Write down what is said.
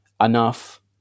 enough